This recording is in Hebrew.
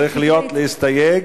צריך להסתייג,